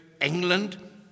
England